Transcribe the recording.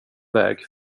väg